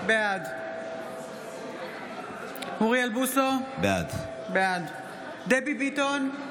בעד אוריאל בוסו, בעד דבי ביטון,